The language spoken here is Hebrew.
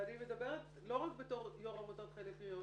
ואני מדברת לא רק בתור יו"ר עמותת חן לפריון.